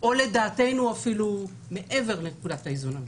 או לדעתנו אפילו מעבר לנקודת האיזון הנכונה,